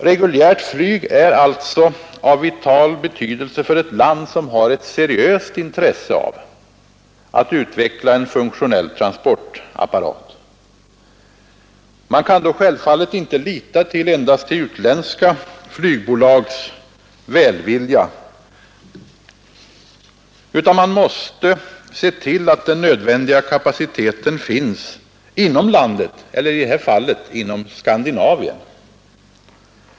Reguljärt flyg är alltså av vital betydelse för ett land som har ett seriöst intresse av att utveckla en funktionell transportapparat. Man kan då självfallet inte lita till endast utländska flygbolags välvilja, utan man måste se till att den nödvändiga kapaciteten finns inom landet eller i det här fallet inom Skandinavien.